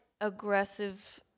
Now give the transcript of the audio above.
aggressive